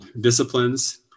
disciplines